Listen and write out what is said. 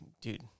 dude